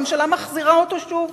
הממשלה מחזירה אותו שוב?